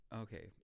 okay